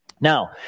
Now